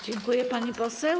Dziękuję, pani poseł.